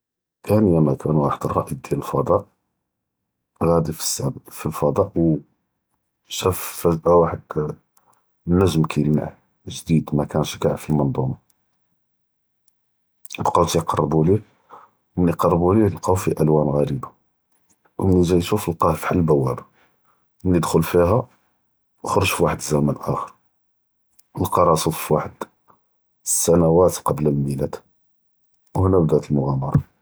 כאן יא מקאן וחד אלראיד דיאל אלפדאא, ראדי פי סמא פי אלפדאא ו שף פמה וחד אלנ’ג’ם כילמע חדיד מאכאנש קואע פי אלמנזומה, בקאו תיקרבו ליה, ו מן קרבו ליה לקאו פיה אלואן עריבה, ו מן ג’א ישוף לקאה פחאל אלבואבה, ו מן דחל פיה, ו חרג פוחד אלזמאן אחר, לקא ראסו פוחד אלסנין קבל אלמילאד, ו האנא